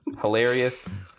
hilarious